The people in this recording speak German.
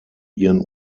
ihren